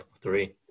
Three